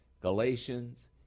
Galatians